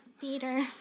Peter